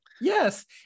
Yes